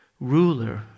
ruler